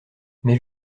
mais